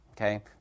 okay